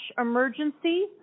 emergency